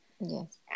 Yes